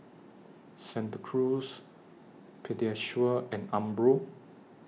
Santa Cruz Pediasure and Umbro